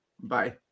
Bye